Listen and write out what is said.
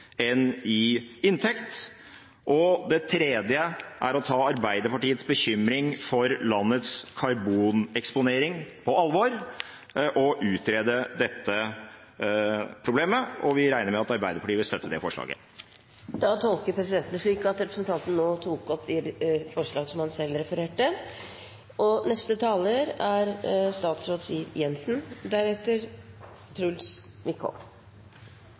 inntekt. Det tredje er å ta Arbeiderpartiets bekymring for landets karboneksponering på alvor og utrede dette problemet, og vi regner med at Arbeiderpartiet vil støtte det forslaget.